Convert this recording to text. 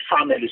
family